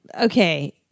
Okay